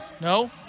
No